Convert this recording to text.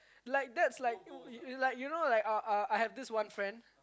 like that's like like you know like uh uh I had this one friend